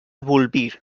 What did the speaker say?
bolvir